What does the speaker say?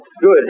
Good